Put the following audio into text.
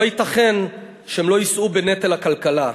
לא ייתכן שהם לא יישאו בנטל הכלכלה.